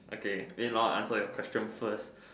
okay meanwhile I answer your question first